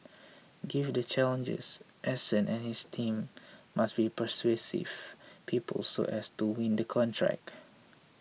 given the challenges Eason and his team must be persuasive people so as to win the contract